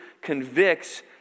convicts